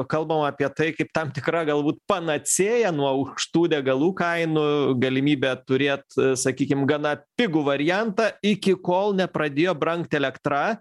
kalbama apie tai kaip tam tikra galbūt panacėja nuo aukštų degalų kainų galimybė turėt sakykim gana pigų variantą iki kol nepradėjo brangti elektra